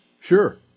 Sure